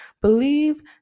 Believe